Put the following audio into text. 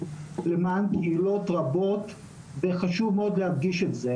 למען קהילות רבות וחשוב מאוד להדגיש את זה,